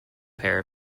pair